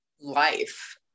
life